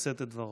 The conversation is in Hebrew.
לשאת את דברו.